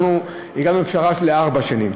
אנחנו הגענו לפשרה של ארבע שנים,